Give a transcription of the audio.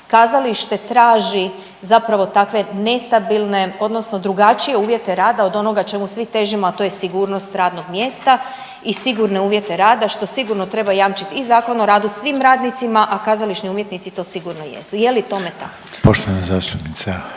kazalište traži zapravo takve nestabilne odnosno drugačije uvjete rada od onoga čemu svi težimo, a to je sigurnost radnog mjesta i sigurne uvjete rada što sigurno treba jamčiti i Zakon o radu svim radnicima, a kazališni umjetnici to sigurno jesu. Je li tome tako? **Reiner,